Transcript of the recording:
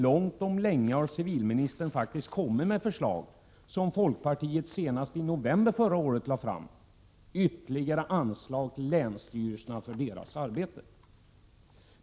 Långt om länge har civilministern faktiskt lagt fram förslag som folkpartiet senast i november förra året lade fram om ytterligare anslag till länsstyrelserna för deras arbete.